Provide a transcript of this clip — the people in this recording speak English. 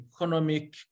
economic